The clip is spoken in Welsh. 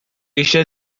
eisiau